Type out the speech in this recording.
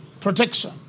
Protection